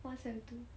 one seven two